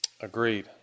Agreed